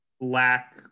lack